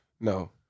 No